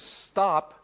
stop